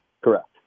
Correct